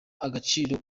agaciro